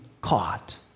caught